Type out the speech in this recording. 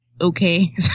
Okay